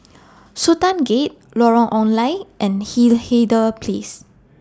Sultan Gate Lorong Ong Lye and Hindhede Place